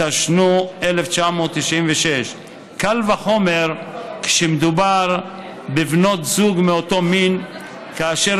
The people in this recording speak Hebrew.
התשנ"ו 1996. קל וחומר כשמדובר בבנות זוג מאותו מין: כאשר